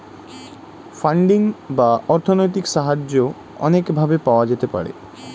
funding বা অর্থনৈতিক সাহায্য অনেক ভাবে পাওয়া যেতে পারে